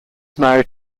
married